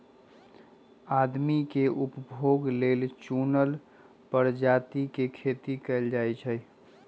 आदमी के उपभोग लेल चुनल परजाती के खेती कएल जाई छई